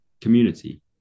community